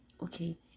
okay